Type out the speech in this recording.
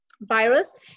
virus